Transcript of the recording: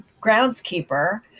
groundskeeper